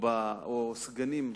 או סגנים,